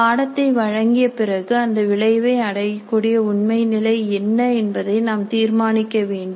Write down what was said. பாடத்தை வழங்கிய பிறகு அந்த விளைவை அடையக்கூடிய உண்மை நிலை என்ன என்பதை நாம் தீர்மானிக்க வேண்டும்